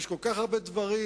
יש כל כך הרבה דברים,